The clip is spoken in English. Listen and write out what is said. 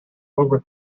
over